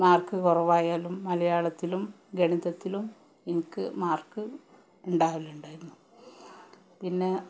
mark കുറവായാലും മലയാളത്തിലും ഗണിതത്തിലും എനിക്ക് മാർക്ക് ഉണ്ടാവലുണ്ടായിരുന്നു പിന്നെ